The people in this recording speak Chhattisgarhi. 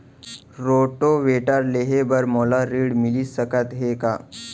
रोटोवेटर लेहे बर मोला ऋण मिलिस सकत हे का?